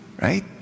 right